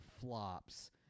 flops